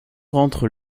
rentre